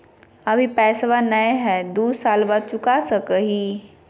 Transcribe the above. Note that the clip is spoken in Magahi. अभि पैसबा नय हय, दू साल बाद चुका सकी हय?